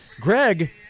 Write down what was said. Greg